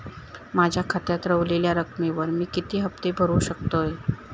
माझ्या खात्यात रव्हलेल्या रकमेवर मी किती हफ्ते भरू शकतय?